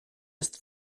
ist